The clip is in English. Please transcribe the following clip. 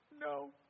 no